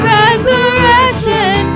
resurrection